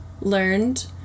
learned